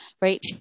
right